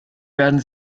werden